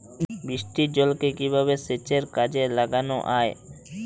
বৃষ্টির জলকে কিভাবে সেচের কাজে লাগানো য়ায়?